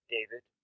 David